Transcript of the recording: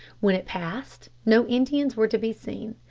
when it passed, no indians were to be seen.